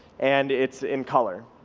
and it's in color.